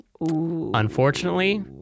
Unfortunately